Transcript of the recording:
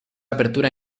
apertura